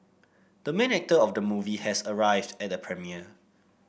the main actor of the movie has arrived at the premiere